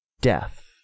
death